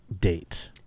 date